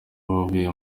abavuye